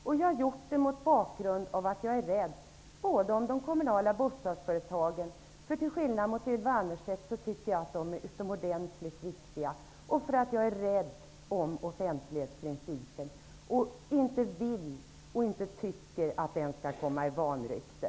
Det har jag gjort mot bakgrund av att jag är rädd om de kommunala bostadsföretagen. Till skillnad från Ylva Annerstedt anser jag att de är utomordentligt viktiga. Jag är även rädd om offentlighetsprincipen. Jag varken vill eller tycker att den skall komma i vanrykte.